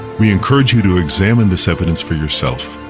we encourage you to examine this evidence for yourself.